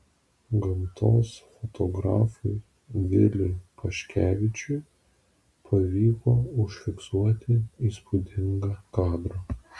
gamtos fotografui viliui paškevičiui pavyko užfiksuoti įspūdingą kadrą